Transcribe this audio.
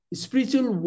spiritual